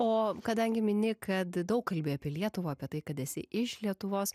o kadangi mini kad daug kalbi apie lietuvą apie tai kad esi iš lietuvos